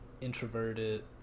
introverted